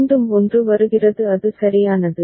மீண்டும் 1 வருகிறது அது சரியானது